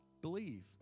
believe